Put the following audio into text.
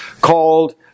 called